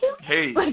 hey